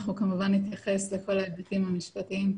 אנחנו כמובן נתייחס לכל ההיבטים המשפטיים.